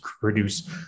produce